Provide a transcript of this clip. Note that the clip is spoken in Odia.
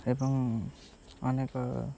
ଏବଂ ଅନେକ